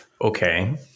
Okay